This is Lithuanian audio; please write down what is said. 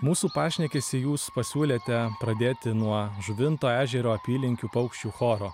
mūsų pašnekesį jūs pasiūlėte pradėti nuo žuvinto ežero apylinkių paukščių choro